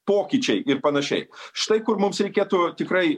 pokyčiai ir panašiai štai kur mums reikėtų tikrai